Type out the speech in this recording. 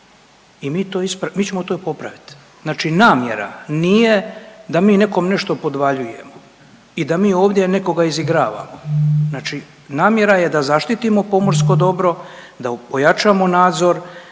mi ćemo to popraviti. Znači namjera nije da mi nekom nešto podvaljujemo i da mi ovdje nekog izigravamo. Znači namjera je da zaštitimo pomorsko dobro, da pojačamo nadzor,